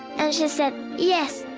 and she said, yes,